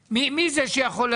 אתם הולכים וגובים מהם כסף.